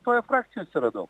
toje frakcijoj atsiradau